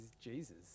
Jesus